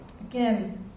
again